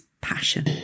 passion